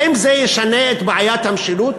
האם זה ישנה את בעיית המשילות?